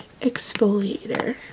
exfoliator